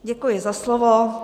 Děkuji za slovo.